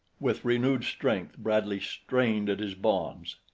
with renewed strength bradley strained at his bonds,